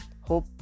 Hope